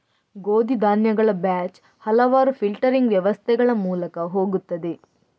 ಗೋಧಿ ಧಾನ್ಯಗಳ ಬ್ಯಾಚ್ ಹಲವಾರು ಫಿಲ್ಟರಿಂಗ್ ವ್ಯವಸ್ಥೆಗಳ ಮೂಲಕ ಹೋಗುತ್ತದೆ